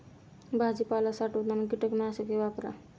भाजीपाला साठवताना कीटकनाशके वापरा